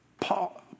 Paul